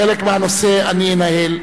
חלק מהנושא אני אנהל,